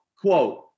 quote